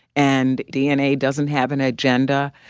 and dna doesn't have an agenda.